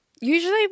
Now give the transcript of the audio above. usually